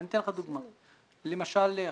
אני רוצה דווקא לחדד לוועדה.